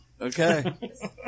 Okay